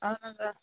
اَہَن حظ آ